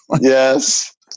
yes